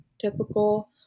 typical